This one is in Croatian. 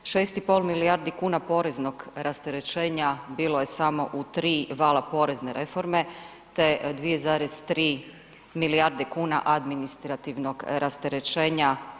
6 i pol milijardi kuna poreznog rasterećenja bilo je samo u tri vala porezne reforme te 2,3 milijarde kuna administrativnog rasterećenja.